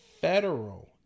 federal